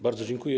Bardzo dziękuję.